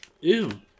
Ew